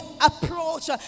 approach